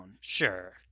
Sure